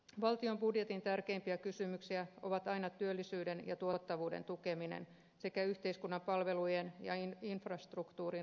valtion budjetin tärkeimpiä kysymyksiä ovat aina työllisyyden ja tuottavuuden tukeminen sekä yhteiskunnan palvelujen ja infrastruktuurin rahoittaminen